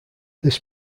this